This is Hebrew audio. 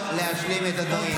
לתת לו להשלים את הדברים.